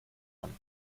one